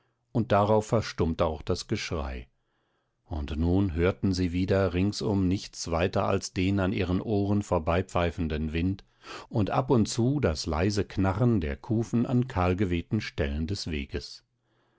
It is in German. und darauf verstummte auch das geschrei und nun hörten sie wieder ringsum nichts weiter als den an ihren ohren vorbeipfeifenden wind und ab und zu das leise knarren der kufen an kahlgewehten stellen des weges